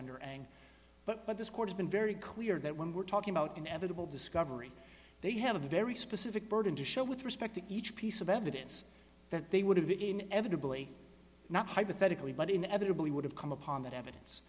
under and but but this court has been very clear that when we're talking about inevitable discovery they have a very specific burden to show with respect to each piece of evidence that they would have it in evitable not hypothetically but inevitably would have come upon that evidence